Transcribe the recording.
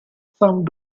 some